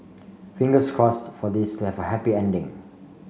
fingers crossed for this to have a happy ending